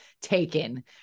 taken